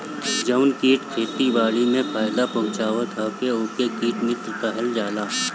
जवन कीट खेती बारी के फायदा पहुँचावत हवे ओके कीट मित्र कहल जाला